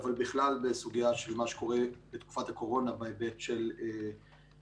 אבל בכלל בסוגיה של מה שקורה בתקופת הקורונה בהיבט של שקיפות.